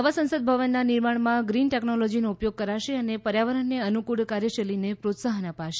નવા સંસદભવનના નિર્માણમાં ગ્રીન ટેકનોલોજીનો ઉપયોગ કરાશે અને પર્યાવરણને અનુકુળ કાર્યશૈલીને પ્રોત્સાહન અપાશે